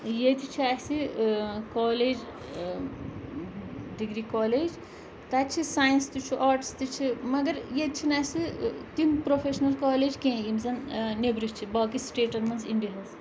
ییٚتہِ چھِ اَسہِ کالیج ڈگری کالیج تَتہِ چھِ ساینس تہِ چھُ آرٹٕس تہِ چھِ مگر ییٚتہِ چھِ نہٕ اَسہِ تِم پرٛوفیشنَل کالیج کینٛہہ یِم زَن نیٚبرٕ چھِ باقٕے سِٹیٹَن منٛز اِنڈیاہس